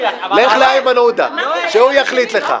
לך לאיימן עודה שהוא יחליט לך.